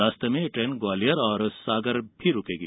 रास्ते में ये ट्रेन ग्वालियर और सागर भी रूकेंगी